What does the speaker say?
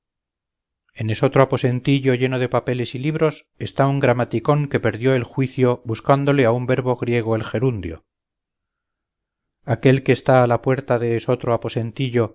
en esotro aposentillo lleno de papeles y libros está un gramaticón que perdió el juicio buscándole a un verbo griego el gerundio aquel que está a la puerta de esotro